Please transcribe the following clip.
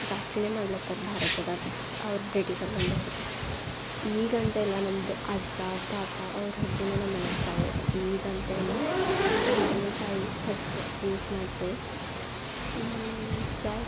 ಜಾಸ್ತಿನೇ ಮಾಡ್ಲತ್ತರ ಭಾರತದಾಗೆ ಅವ್ರು ಬ್ರಿಟಿಷರು ಬಂದು ಹಿಡಿದು ಈಗಂತಲ್ಲ ನಮ್ದು ಅಜ್ಜ ತಾತ ಅವ್ರ ಹಿಡ್ದುನೆ ನಮ್ಮ ಮನ್ಯಾಗ ಚಾಯ್ ಇದೆ ಈಗಂತಲ್ಲ ಫಸ್ಟ್ ಹಿಡ್ದನೇ ಚಾಯ್ ಹೆಚ್ಚು ಯೂಸ್ ಮಾಡ್ತೇವೆ ಚಾಯ್